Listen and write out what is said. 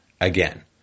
again